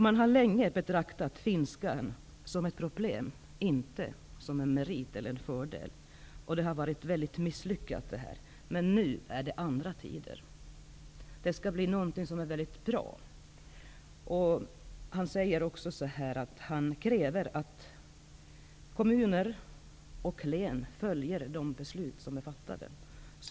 Man har länge betraktat finskan som ett problem, inte som en merit eller en fördel. Detta har varit mycket misslyckat, men nu är det andra tider. Det skall bli något mycket bra. Han säger också att han kräver att kommuner och län följer de beslut som är fattade.